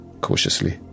cautiously